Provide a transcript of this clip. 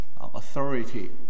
authority